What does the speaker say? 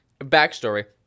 backstory